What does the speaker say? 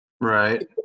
Right